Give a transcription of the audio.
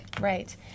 Right